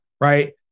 right